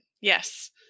Yes